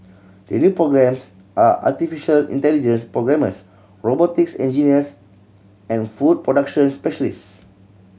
the new programmes are artificial intelligence programmers robotics engineers and food production specialist